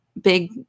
big